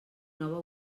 nova